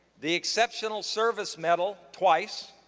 the exceptional service medal twice,